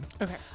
Okay